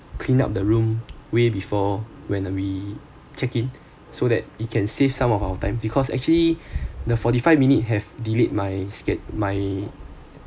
clean up the room way before when we check in so that it can save some of our time because actually the forty five minute have delete my sch~ my